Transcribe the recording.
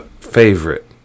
favorite